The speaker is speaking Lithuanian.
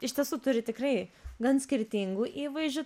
iš tiesų turi tikrai gan skirtingų įvaizdžių